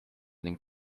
ning